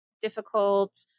difficult